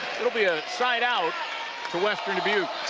it will be a side out to westerndubuque.